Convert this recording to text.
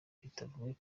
bitavuye